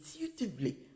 Intuitively